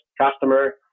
customer